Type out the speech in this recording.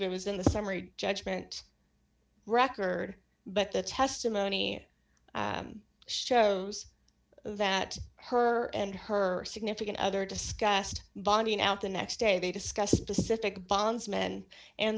it was in the summary judgment record but the testimony shows that her and her significant other discussed bonding out the next day they discussed specific bonds men and